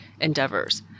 endeavors